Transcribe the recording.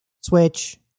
Switch